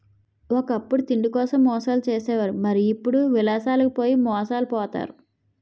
ఒకప్పుడు తిండికోసం మోసాలు చేసే వారు మరి ఇప్పుడు విలాసాలకు పోయి మోసాలు పోతారు